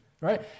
Right